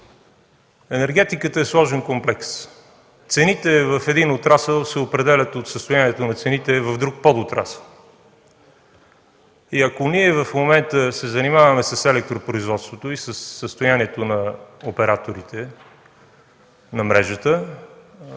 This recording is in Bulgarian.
енергетиката е сложен комплекс. Цените в един отрасъл се определят от състоянието на цените в друг подотрасъл. Ако ние в момента се занимаваме с електропроизводството и със състоянието на операторите на мрежата,